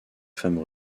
femmes